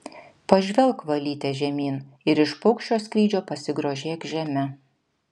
pažvelk valyte žemyn ir iš paukščio skrydžio pasigrožėk žeme